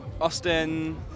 Austin